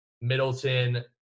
Middleton